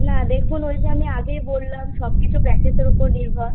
না দেখুন ওই যে আমি আগেই বললাম সব কিছু প্র্যাকটিসের ওপর নির্ভর